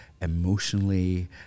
emotionally